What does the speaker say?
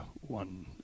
one